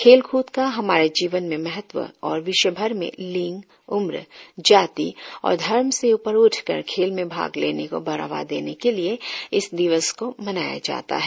खेल कूद का हमारे जीवन में महत्व और विश्व भर में लिंग उम्र जाति और धर्म से उपर उठकर खेल में भाग लेने को बढ़ावा देने के लिए इस दिवस को मनाया जाता है